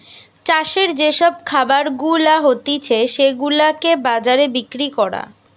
চাষের যে সব খাবার গুলা হতিছে সেগুলাকে বাজারে বিক্রি করা